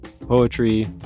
poetry